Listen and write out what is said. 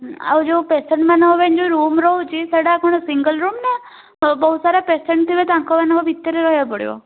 ଆଉ ଯେଉଁ ପେସେଣ୍ଟ ମାନଙ୍କ ପାଇଁ ଯେଉଁ ରୁମ୍ ରହୁଛି ସେଟା କ'ଣ ସିଙ୍ଗଲ୍ ରୁମ୍ ନା ବହୁତ ସାରା ପେସେଣ୍ଟ ଥିବେ ତାଙ୍କ ମାନଙ୍କ ଭିତରେ ରହିବାକୁ ପଡ଼ିବ